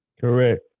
correct